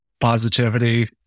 positivity